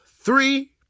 three